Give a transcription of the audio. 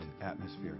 atmosphere